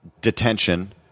detention